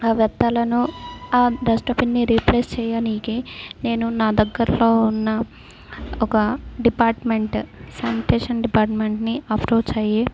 ఆ వ్యర్థాలను ఆ డస్ట్బిన్ని రీప్లేస్ చేయడానికి నేను నా దగ్గరలో ఉన్న ఒక డిపార్ట్మెంట్ శానిటేషన్ డిపార్ట్మెంట్ని అప్రోచ్ అయ్యి